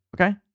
okay